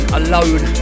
alone